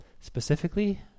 Specifically